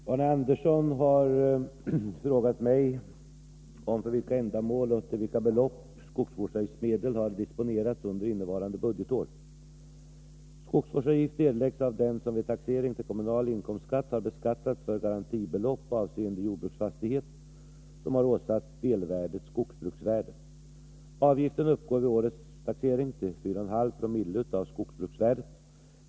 Herr talman! Arne Andersson i Ljung har frågat mig om för vilka ändamål och till vilka belopp skogsvårdsavgiftsmedlen har disponerats under innevarande budgetår. Skogsvårdsavgift erläggs av den som vid taxering till kommunal inkomstskatt har beskattats för garantibelopp avseende jordbruksfastighet som har åsatts delvärdet skogsbruksvärde. Avgiften uppgår vid årets taxering till 4,50 av skogsbruksvärdet.